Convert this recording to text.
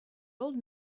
old